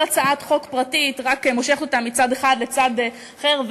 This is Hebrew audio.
הצעת חוק פרטית רק מושכת אותה מצד אחד לצד אחר,